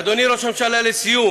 אדוני היושב-ראש, לסיום